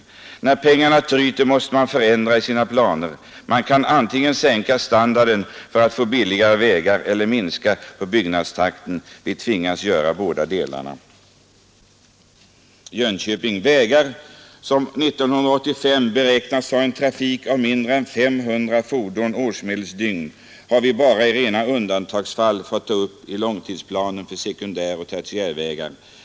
När pengarna tryter måste man förändra i sina planer. Man kan antingen sänka standarden för att få billigare vägar eller minska på byggnadstakten. Vi tvingas göra båda delarna.” Jönköping: ”Vägar, som 1985 beräknas ha en trafik av mindre än 500 fordon/årsmedeldygn, har vi bara i rena undantagsfall fått ta upp i långtidsplanen för sekundäroch tertiärvägar.